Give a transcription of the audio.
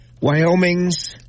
Wyoming's